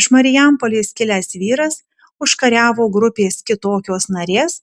iš marijampolės kilęs vyras užkariavo grupės kitokios narės